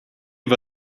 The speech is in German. war